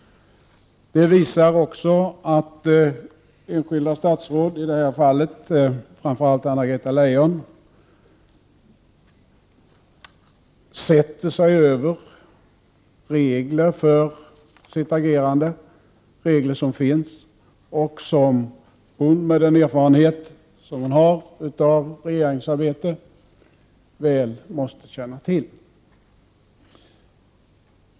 Det visar också att enskilda statsråd — i det här fallet framför allt Anna-Greta Leijon — sätter sig över de regler som finns, regler som hon med den erfarenhet som hon har av regeringsarbete måste känna väl till.